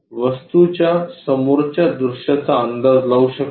आपण वस्तूच्या समोरच्या दृश्याचा अंदाज लावू शकता